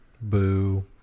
Boo